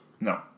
No